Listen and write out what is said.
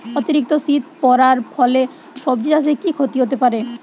অতিরিক্ত শীত পরার ফলে সবজি চাষে কি ক্ষতি হতে পারে?